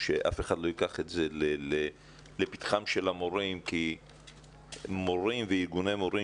שאף אחד לא ייקח את זה לפתחם של המורים כי מורים וארגוני מורים